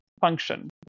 function